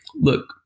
look